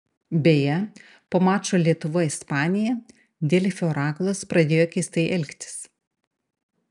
beje po mačo lietuva ispanija delfi orakulas pradėjo keistai elgtis